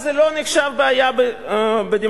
אז זה לא נחשב בעיה בדמוקרטיה.